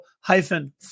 hyphen